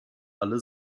alle